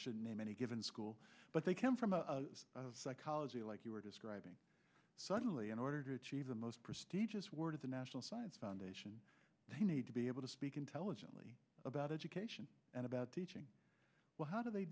should name any given school but they come from a psychology like you were describing suddenly in order to achieve the most prestigious word of the national science foundation they need to be able to speak intelligently about education and about teaching well how do they